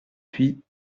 puis